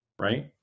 right